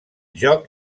joc